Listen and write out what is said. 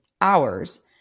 hours